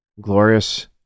glorious